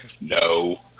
No